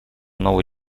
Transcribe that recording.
новую